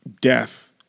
death